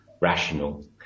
rational